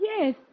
yes